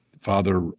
father